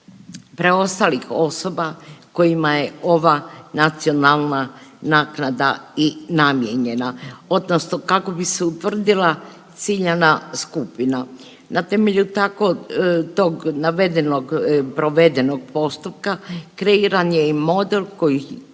preostalih osoba kojima je ova nacionalna naknada i namijenjena odnosno kako bi se utvrdila ciljana skupina. Na temelju tako tog navedenog, provedenog postupka kreiran je i model koji